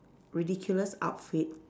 ridiculous outfit